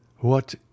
What